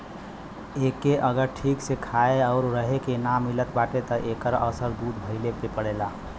एके अगर ठीक से खाए आउर रहे के ना मिलत बाटे त एकर असर दूध भइले पे पड़ेला